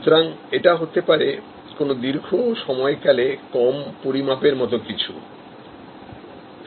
এই প্রজেক্টটি তৈরি করতে হয়তো অনেক সময় লাগে তবে এটি একটি স্বতন্ত্র প্রজেক্ট এবং এর পরিমাপ বা সংখ্যা কম থাকে